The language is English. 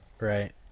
Right